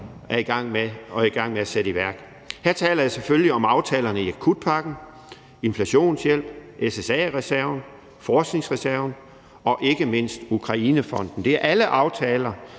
er i gang med at blive sat i værk. Her taler jeg selvfølgelig om aftalerne i akutpakken, inflationshjælp, SSA-reserven, forskningsreserven og ikke mindst Ukrainefonden. Det er alle aftaler,